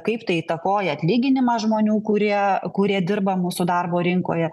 kaip tai įtakoja atlyginimą žmonių kurie kurie dirba mūsų darbo rinkoje